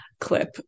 clip